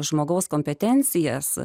žmogaus kompetencijas